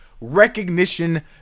recognition